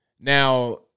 Now